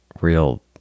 real